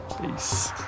Peace